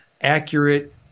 accurate